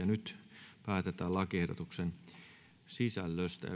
nyt päätetään lakiehdotuksen sisällöstä